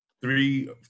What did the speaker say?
three